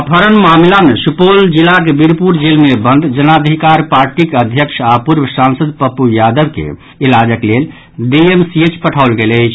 अपहरण मामिला मे सुपौल जिलाक वीरपुर जेल मे बंद जनअधिकार पार्टीक अध्यक्ष आ पूर्व सांसद पप्पू यादव के इलाजक लेल डीएमसीएच पठाओल गेल अछि